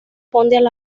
movimiento